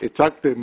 שהצגתם,